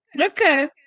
Okay